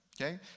Okay